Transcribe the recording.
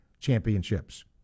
championships